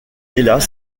hélas